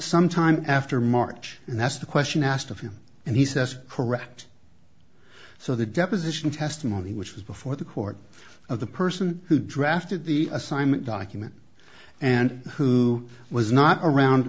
sometime after march and that's the question asked of him and he says correct so the deposition testimony which was before the court of the person who drafted the assignment document and who was not around